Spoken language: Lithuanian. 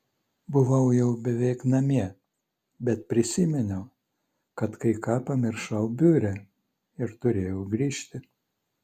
buvau jau beveik namie bet prisiminiau kad kai ką pamiršau biure ir turėjau grįžti